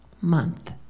month